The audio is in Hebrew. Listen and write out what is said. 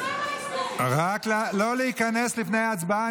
נגמר, לא להיכנס לפני ההצבעה.